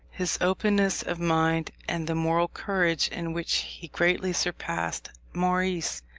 his openness of mind, and the moral courage in which he greatly surpassed maurice,